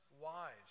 wives